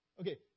Okay